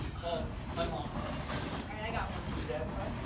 my mom's side anyways. i got one! your dad's side?